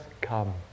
come